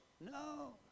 No